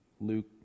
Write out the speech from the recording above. Luke